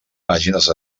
pàgines